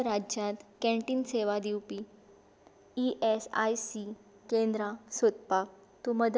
पंजाब राज्यांत कॅन्टीन सेवा दिवपी ई एस आय सी केंद्रां सोदपाक तूं मदत करपाक शकता